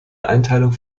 einteilung